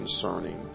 concerning